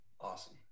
awesome